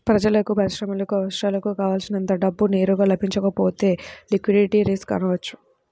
ప్రజలకు, పరిశ్రమలకు అవసరాలకు కావల్సినంత డబ్బు నేరుగా లభించకపోతే లిక్విడిటీ రిస్క్ అనవచ్చు